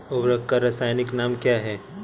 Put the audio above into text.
उर्वरक का रासायनिक नाम क्या है?